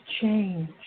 change